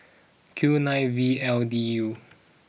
Q nine V L D U